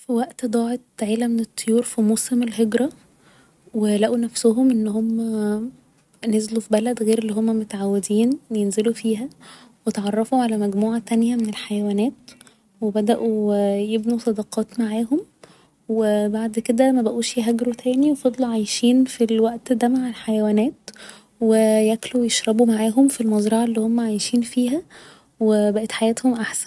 في وقت ضاعت عيلة من الطيور في موسم الهجرة و لقوا نفسهم ان هما نزلوا في بلد غير اللي هما متعودين ينزلوا فيها و اتعرفوا على مجموعة تانية من الحيوانات و بدأوا يبنوا صداقات معاهم و بعد كده مبقوش يهاجروا تاني و فضلوا عايشين في الوقت ده مع الحيوانات و ياكلوا و يشربوا معاهم في المزرعة اللي هما عايشين فيها و بقت حياتهم احسن